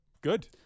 Good